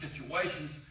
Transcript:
situations